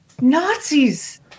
Nazis